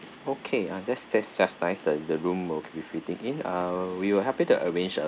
okay uh that's that's just nice uh the room will be fitting in uh we will help you to arrange a